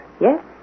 Yes